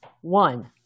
one